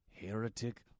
heretic